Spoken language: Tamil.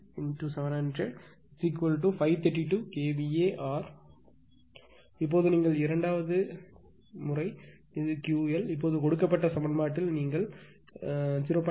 76 × 700 532 kVAr இப்போது நீங்கள் இரண்டாவது வழக்கு இது Ql இப்போது கொடுக்கப்பட்ட சமன்பாட்டில் நீங்கள் உங்கள் 0